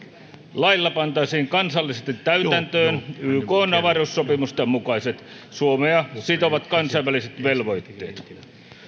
lailla pantaisiin kansallisesti täytäntöön ykn avaruussopimusten mukaiset suomea sitovat kansainväliset velvoitteet